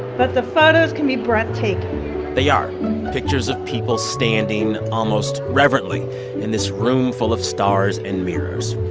but the photos can be breathtaking they are pictures of people standing almost reverently in this room full of stars and mirrors.